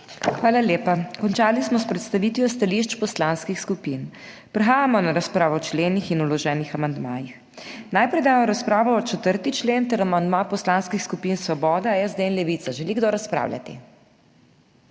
Hvala lepa. Končali smo s predstavitvijo stališč poslanskih skupin. Prehajamo na razpravo o členih in vloženih amandmajih. Najprej dajem v razpravo o 4. člen ter amandma poslanskih skupin Svoboda, SD in Levica. Želi kdo razpravljati?